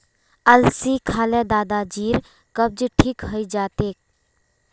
अलसी खा ल दादाजीर कब्ज ठीक हइ जा तेक